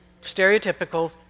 stereotypical